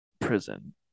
prison